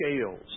scales